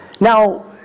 Now